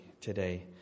today